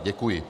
Děkuji.